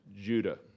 Judah